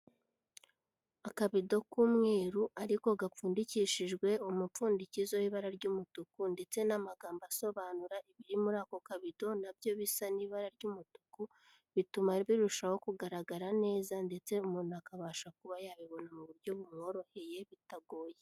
Akabedo k'umweru ariko gapfundikishijwe umupfundikizo w'ibara ry'umutuku ndetse n'amagambo asobanura ibiri muri ako kabido nabyo bisa n'ibara ry'umutuku, bituma birushaho kugaragara neza ndetse umuntu akabasha kuba yabibona mu buryo bumworoheye bitagoye.